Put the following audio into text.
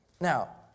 Now